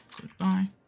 Goodbye